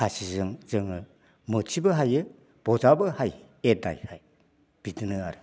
खासिजों जोङो मोथिबो हायो बजाबो हायो एदायहाय बिदिनो आरो